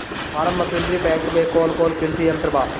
Form machinery bank में कौन कौन कृषि यंत्र बा?